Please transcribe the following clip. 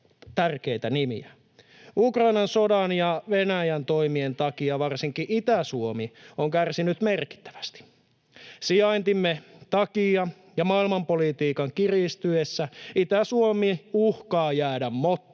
tärkeitä nimiä. Ukrainan sodan ja Venäjän toimien takia varsinkin Itä-Suomi on kärsinyt merkittävästi. Sijaintimme takia ja maailmanpolitiikan kiristyessä Itä-Suomi uhkaa jäädä mottiin.